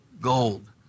gold